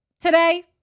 today